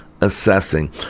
assessing